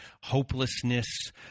hopelessness